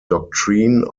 doctrine